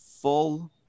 full